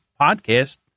podcast